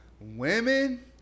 Women